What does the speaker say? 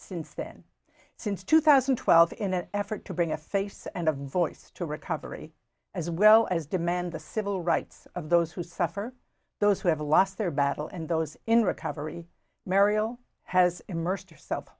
since then since two thousand and twelve in an effort to bring a face and a voice to recovery as well as demand the civil rights of those who suffer those who have lost their battle and those in recovery mariel has immersed herself